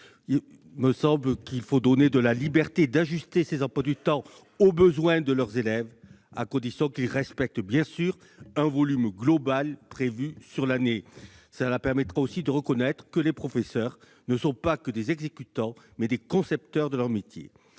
il me semble qu'il faut donner aux établissements la liberté de les ajuster aux besoins de leurs élèves, à condition bien sûr qu'ils respectent le volume global prévu sur l'année. Cela permettra aussi de reconnaître que les professeurs ne sont pas que des exécutants, mais aussi des concepteurs de leur métier.